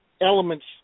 elements